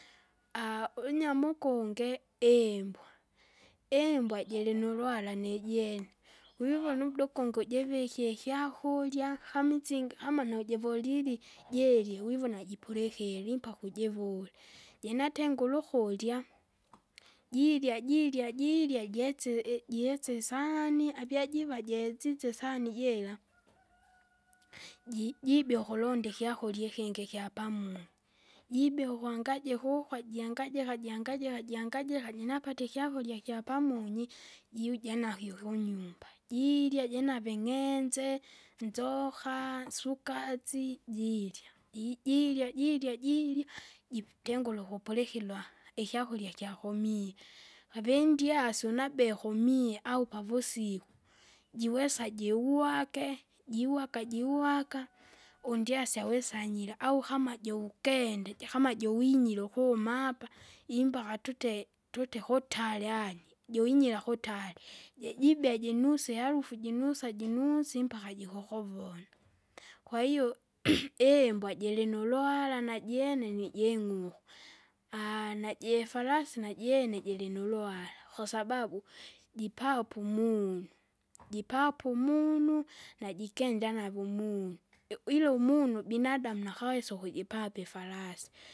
unyama ukunge iimbwa, iimbwa jirinuluhara nijene, wivona umda ukungi ujivikie ikyakurya kama itsingi, kama nujivolili jiirya wivona jipulikili impaka ujivule, jinatengure ukurya, jiirya jiirya jiirya jetsie- i- jetsie isahani, apyajiva jesise isahani jiira, ji- jibia ukulonda ikyakurya ikingi ikyapamunyi. Jibea ukwangajika ukwa jihangajika jihangajika jihangajika jinapatie ikyakurya kyapamunyi, jiuja nakyo kunyumba, jiirya jinave ng'enze, nzoka, nsukasi jiirya. Ji- jiirya jirya jirya, jipitengure ukupulikirwa ikyakurya kyakumie, avindiasi unabeo komie, au pavusiku. Jiwesa jiuwake, jiuwaka jiuwaka, undyasi awesa anyira, au kama jiukende jakama jowinyira ukuma apa, imbaka tute, tute kutali ani, joinyira kutali, jejibea jenuse harufu jinusa jinusaa impaka jikokovona. Kwahiyo. iimbwa jilinuluhara jajene nijeng'uku, najefarasi najene jirinuruhara, kwasababu, jipape umunu, jipape umunu? najikenja nave umunu, ila umunu binadamu nakawesa ukujipape ifarasi.